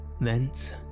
Thence